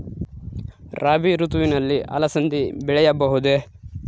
ರಾಭಿ ಋತುವಿನಲ್ಲಿ ಅಲಸಂದಿ ಬೆಳೆಯಬಹುದೆ?